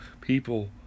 people